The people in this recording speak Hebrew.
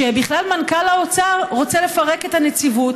שבכלל מנכ"ל האוצר רוצה לפרק את הנציבות